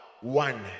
one